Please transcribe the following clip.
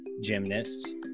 gymnasts